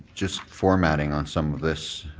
just formating on some of this.